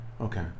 Okay